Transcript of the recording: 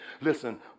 listen